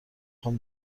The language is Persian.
خوام